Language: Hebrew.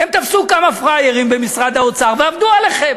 הם תפסו כמה פראיירים במשרד האוצר ועבדו עליכם.